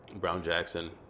Brown-Jackson